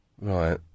Right